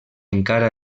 encara